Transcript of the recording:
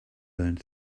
learned